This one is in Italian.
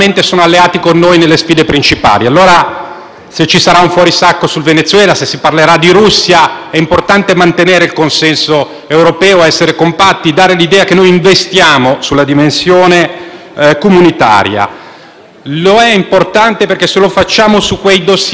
è importante mantenere il consenso europeo, essere compatti e dare l'idea che noi investiamo sulla dimensione comunitaria. È importante perché, se lo facciamo su quei *dossier,* è più facile affrontare anche il tema della gestione dei flussi migratori. Presidente Conte, l'ho ascoltata con grande attenzione quando ha detto